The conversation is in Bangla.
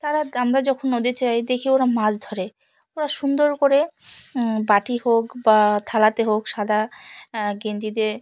তারা আমরা যখন নদী চারিদিকে দেখে ওরা মাছ ধরে ওরা সুন্দর করে বাটি হোক বা থালাতে হোক সাদা গেঞ্জিতে